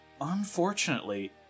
Unfortunately